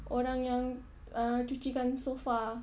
orang yang uh cucikan sofa